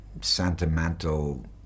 sentimental